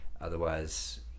Otherwise